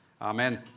Amen